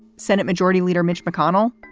senate majority leader mitch mcconnell.